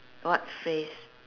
what phrase